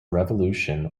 revolution